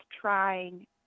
trying